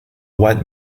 white